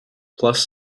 plus